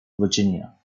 virginia